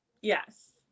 Yes